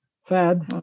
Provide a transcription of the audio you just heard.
Sad